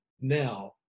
now